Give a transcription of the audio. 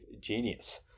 genius